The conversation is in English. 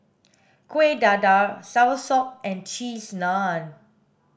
kuih dadar soursop and cheese naan